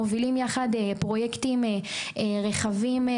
מובילים יחד פרויקטים רחבים.